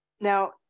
Now